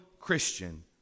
Christian